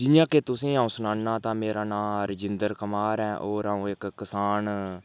जि'यां कि तुसेंगी अ'ऊं सनाना तां मेरा नांऽ रजिन्दर कुमार ऐ होर अ'ऊं इक किसान